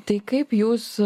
tai kaip jūs